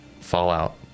fallout